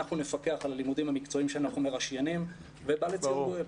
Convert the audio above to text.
אנחנו נפקח על הלימודים המקצועיים שאנחנו מרשיינים ובא לציון גואל.